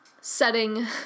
setting